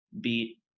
beat